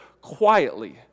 quietly